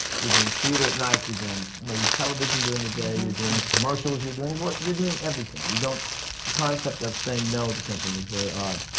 you're doing theatre at night. you're doing maybe television during the day. you're doing commercials. you're doing. but you're doing everything. you don't. the concept of saying no to something is very odd.